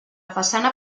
façana